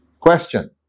Question